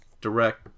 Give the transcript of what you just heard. direct